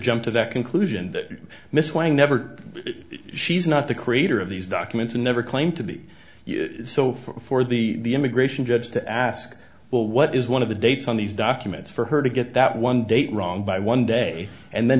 jump to that conclusion miswiring never she's not the creator of these documents and never claimed to be so for the immigration judge to ask well what is one of the dates on these documents for her to get that one date wrong by one day and then